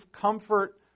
comfort